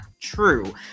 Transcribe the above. true